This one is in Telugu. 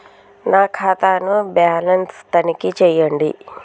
నా ఖాతా ను బ్యాలన్స్ తనిఖీ చేయండి?